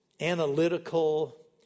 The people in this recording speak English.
analytical